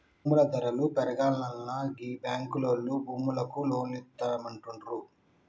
భూముల ధరలు పెరుగాల్ననా గీ బాంకులోల్లు భూములకు లోన్లిత్తమంటుండ్రు